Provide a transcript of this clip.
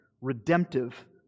redemptive